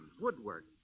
woodwork